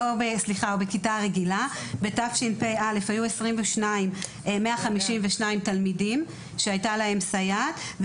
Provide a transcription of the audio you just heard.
בשנת התשפ"א היו 152 תלמידים שהייתה להם סייעת,